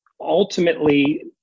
ultimately